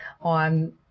on